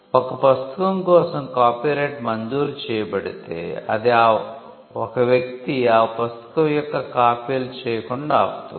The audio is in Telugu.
ఒక పుస్తకం కోసం కాపీరైట్ మంజూరు చేయబడితే అది ఒక వ్యక్తి ఆ పుస్తకం యొక్క కాపీలు చేయకుండా ఆపుతుంది